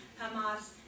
Hamas